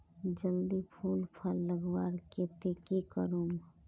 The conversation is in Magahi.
जल्दी फूल फल लगवार केते की करूम?